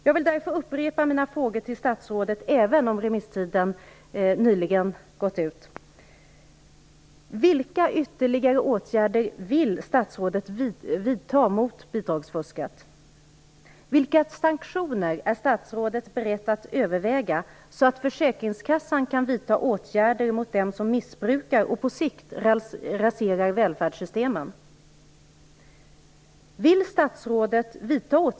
Jag vill därför upprepa mina frågor till statsrådet, även om remisstiden nyligen har gått ut: